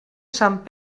sant